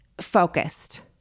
focused